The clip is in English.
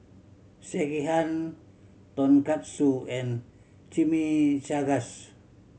Sekihan Tonkatsu and Chimichangas